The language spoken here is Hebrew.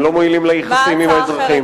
הם לא מועילים ליחסים עם האזרחים.